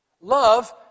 Love